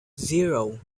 zero